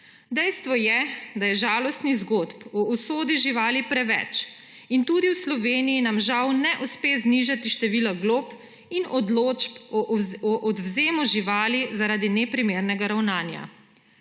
Dejstvo je, da je žalostnih zgodb o usodi živali preveč in tudi v Sloveniji nam žal ne uspe znižati števila glob in odločb o odvzemu živali zaradi neprimernega ravnanja.